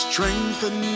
Strengthen